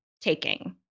taking